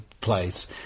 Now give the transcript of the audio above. place